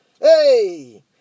Hey